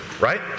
right